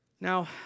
Now